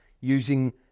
using